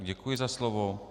Děkuji za slovo.